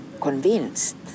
convinced